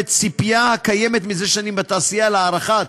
ציפייה הקיימת זה שנים בתעשייה להארכת